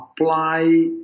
apply